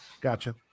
Gotcha